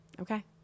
okay